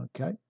Okay